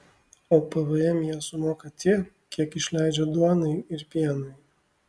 o pvm jie sumoka tiek kiek išleidžia duonai ir pienui